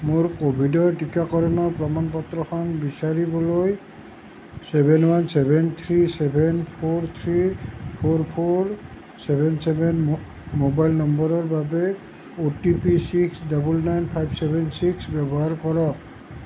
মোৰ ক'ভিডৰ টিকাকৰণৰ প্ৰমাণ পত্ৰখন বিচাৰিবলৈ seven one seven three seven four three four four seven seven mobile নম্বৰৰ বাবে O T P six double nine five seven six ব্যৱহাৰ কৰক